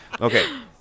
Okay